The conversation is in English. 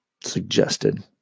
suggested